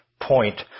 point